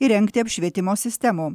įrengti apšvietimo sistemų